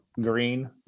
green